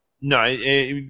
no